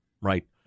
Right